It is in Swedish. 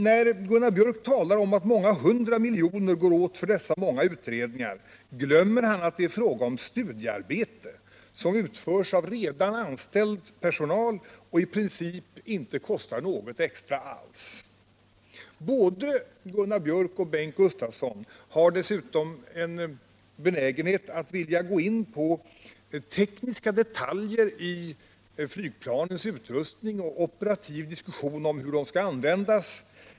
När Gunnar Björk talar om att många hundra miljoner gått åt till dessa många utredningar glömmer han att det är fråga om studiearbete, som utförs av redan anställd personal och i princip inte kostar något extra alls. Både Gunnar Björk och Bengt Gustavsson har dessutom en benägenhet att vilja gå in på tekniska detaljer i flygplanens utrustning och operativa diskussioner om hur de skall användas.